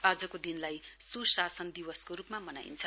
आजको दिनलाई स्शासन दिवसको रूपमा मनाइन्छ